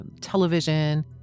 television